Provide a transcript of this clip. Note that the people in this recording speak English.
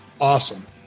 Awesome